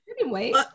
wait